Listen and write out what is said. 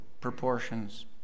proportions